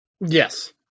Yes